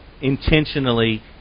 intentionally